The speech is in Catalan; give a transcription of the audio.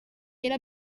era